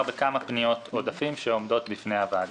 בכמה פניות עודפים שעומדות לפני הוועדה.